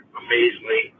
amazingly